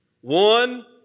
One